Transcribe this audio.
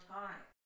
time